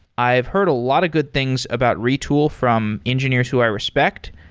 i've heard a lot of good things about retool from engineers who i respect.